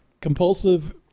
compulsive